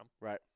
Right